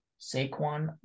Saquon